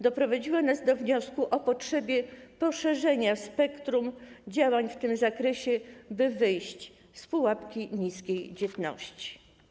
Doprowadziło nas to do wniosku o potrzebie poszerzenia spektrum działań w tym zakresie, by wyjść z pułapki niskiej dzietności.